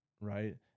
Right